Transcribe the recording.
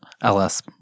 LS